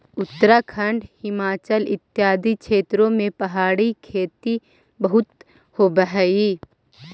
उत्तराखंड, हिमाचल इत्यादि क्षेत्रों में पहाड़ी खेती बहुत होवअ हई